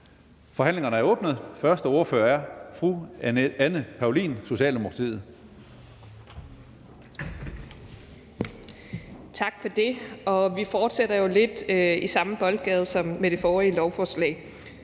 Forhandlingen er åbnet. Den første ordfører er fru Anne Paulin, Socialdemokratiet.